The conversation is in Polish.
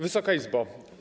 Wysoka Izbo!